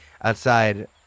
outside